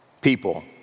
people